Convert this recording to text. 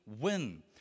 win